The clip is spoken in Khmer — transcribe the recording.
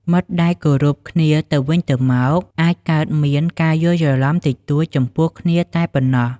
មិត្តដែលគោរពគ្នាទៅវិញទៅមកអាចកើតមានការយល់ច្រឡំតិចតួចចំពោះគ្នាតែប៉ុណ្ណោះ។